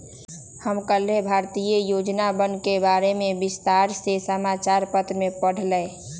हम कल्लेह भारतीय योजनवन के बारे में विस्तार से समाचार पत्र में पढ़ लय